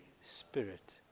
Spirit